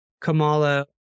kamala